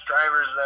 drivers